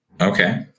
Okay